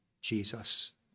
Jesus